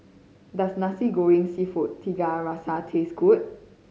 does Nasi Goreng Seafood Tiga Rasa taste good